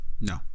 no